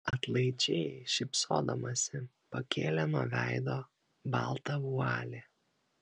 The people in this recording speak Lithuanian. atlaidžiai šypsodamasi pakėlė nuo veido baltą vualį